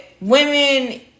women